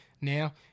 now